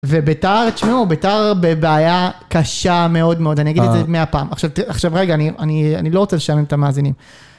ובית"ר, תשמעו, בית"ר בבעיה קשה מאוד מאוד. אני אגיד את זה מהפעם. עכשיו רגע, אני לא רוצה לשלם את המאזינים.